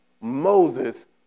Moses